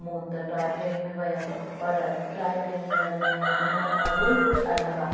मूं त toy train में वियमि पर टॉय ट्रेन में वञण जो घुमण जो मज़ो ई कुझु अलॻि आहे